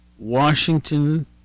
Washington